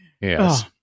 Yes